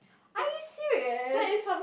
are you serious